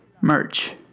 Merch